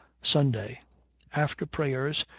sunday after prayers,